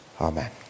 Amen